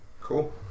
Cool